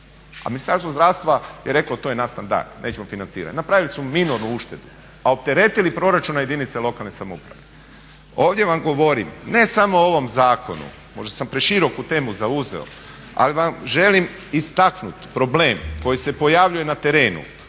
A Ministarstvo zdravstva je reklo to je nadstandard, nećemo financirati, napravili su minornu uštedu a opteretili proračun na jedinice lokalne samouprave. Ovdje vam govorim ne samo o ovom zakonu, možda sam preširoku temu zauzeo ali vam želim istaknuti problem koji se pojavljuje na terenu.